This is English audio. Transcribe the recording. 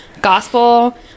gospel